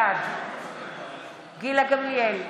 בעד גילה גמליאל,